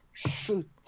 Shoot